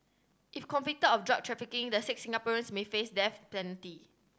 if convicted of drug trafficking the six Singaporeans may face death penalty